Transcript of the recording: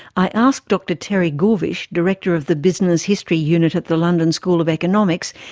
i asked dr terry gourvish, director of the business history unit at the london school of economics,